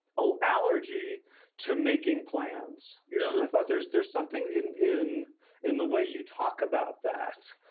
ah allergy to making plans. yeah, and i thought there's, there's something in in in the way you talk about that,